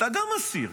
אתה גם אסיר.